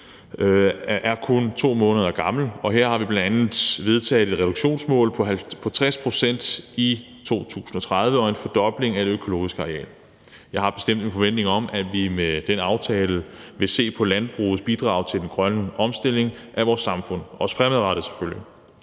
er kun 2 måneder gammel, og her har vi bl.a. vedtaget et reduktionsmål på 60 pct. i 2030 og en fordobling af det økologiske areal. Jeg har bestemt en forventning om, at vi med den aftale vil se på landbrugets bidrag til den grønne omstilling af vores samfund, også fremadrettet selvfølgelig.